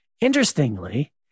Interestingly